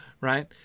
right